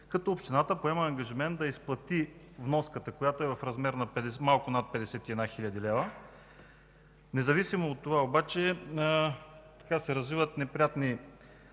като общината поема ангажимент да изплати вноската, която е в размер на малко над 51 хил. лв. Независимо от това се развиват неприятни